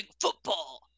football